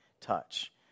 touch